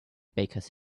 bakers